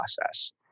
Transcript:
process